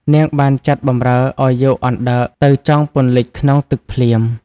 នាង បានចាត់បម្រើឲ្យយកអណ្ដើកទៅ ចងពន្លិចក្នុងទឹកភ្លាម ។